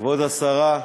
כבוד השרה,